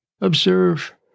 Observe